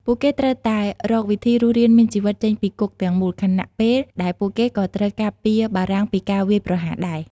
ពួកគេត្រូវតែរកវិធីរស់រានមានជីវិតចេញពីគុកទាំងមូល ខណៈពេលដែលពួកគេក៏ត្រូវការពារបារាំងពីការវាយប្រហារដែរ។